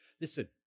listen